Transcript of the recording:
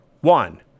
One